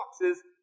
boxes